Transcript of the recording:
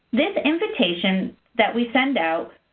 this invitation that we send out,